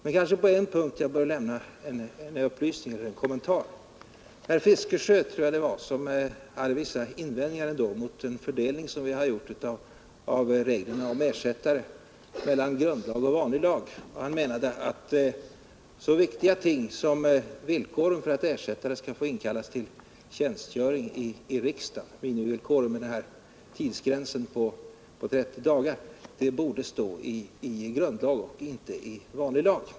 Men jag kanske bör lämna en kommentar på en punkt. Herr Fiskesjö hade vissa invändningar mot den fördelning vi gjort mellan grundlag och vanlig lag av reglerna om ersättare. Han menade att så viktiga ting som villkoren för att ersättare skall få inkallas till tjänstgöring i riksdagen — tidsgränsen på 30 dagar — borde stå i grundlag och inte i vanlig lag.